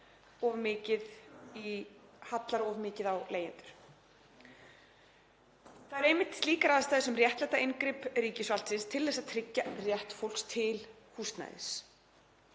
og leigjanda halli of mikið á leigjendur. Það eru einmitt slíkar aðstæður sem réttlæta inngrip ríkisvaldsins til að tryggja rétt fólks til húsnæðis